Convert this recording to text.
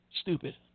stupid